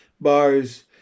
bars